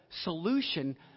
solution